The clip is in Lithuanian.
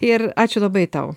ir ačiū labai tau